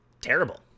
terrible